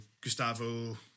gustavo